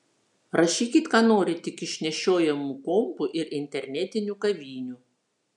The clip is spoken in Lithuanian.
rašykit ką norit tik iš nešiojamų kompų ir internetinių kavinių